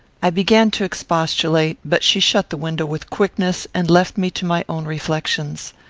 i began to expostulate but she shut the window with quickness, and left me to my own reflections.